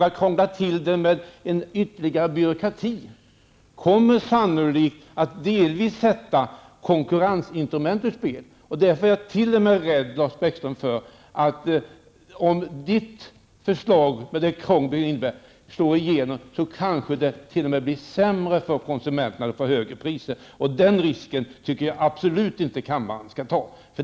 Att krångla till det med ytterligare byråkrati kommer sannolikt att delvis sätta konkurrensinstrumentet ur spel. Därför är jag t.o.m. rädd för att det kanske blir sämre för konsumenterna, Lars Bäckström, om vänsterpartiets förslag, med de krav det innebär, slår igenom. De får högre priser. Den risken tycker jag absolut inte att kammaren skall ta.